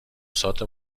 سات